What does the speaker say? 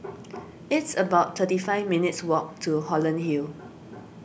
it's about thirty five minutes' walk to Holland Hill